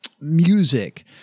music